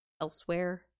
elsewhere